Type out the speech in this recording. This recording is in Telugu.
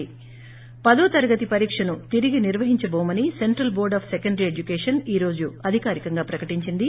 ి పదో తరగతి పరీక్షను తిరిగి నిర్వహించబోమని Central Board of Secondary Education ఈ రోజు అధికారికంగా ప్రకటించింది